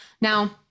Now